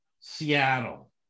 Seattle